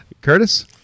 Curtis